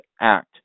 act